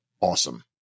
awesome